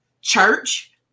church